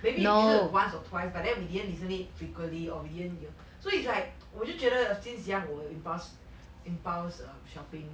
maybe we listen once or twice but then we didn't listen it frequently or we didn't listen so is like 我就觉得 err since young 我有 impulse impulse err shopping